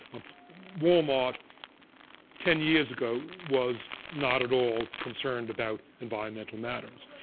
um walmart ten years ago was not at all concerned about environmental matters.